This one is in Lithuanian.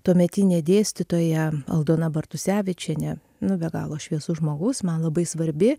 tuometinė dėstytoja aldona bartusevičienė nu be galo šviesus žmogus man labai svarbi